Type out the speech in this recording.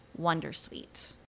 wondersuite